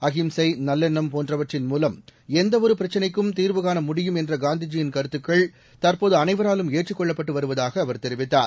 அஹிம்சை நல்லெண்ணம் போன்றவற்றின் மூலம் எந்தவொரு பிரச்சினைக்கு தீர்வு காண முடியும் என்ற காந்திஜி யின் கருத்துக்கள் தற்போது அனைவராலும் ஏற்றுக் கொள்ளப்பட்டு வருவதாக அவர் தெரிவித்தார்